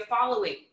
following